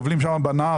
טובלים שם בנהר.